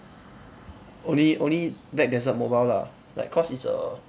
only only black desert mobile lah like cause it's a